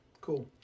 Cool